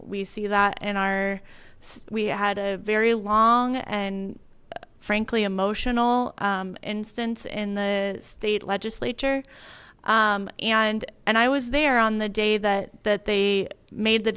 we see that in our we had a very long and frankly emotional instance in the state legislature and and i was there on the day that that they made the